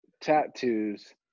tattoos